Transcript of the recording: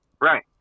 Right